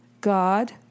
God